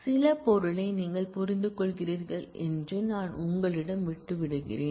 சில பொருளை நீங்கள் புரிந்துகொள்கிறீர்கள் என்று நான் உங்களிடம் விட்டு விடுகிறேன்